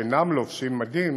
שאינם לובשים מדים